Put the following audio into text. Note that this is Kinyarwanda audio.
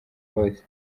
bose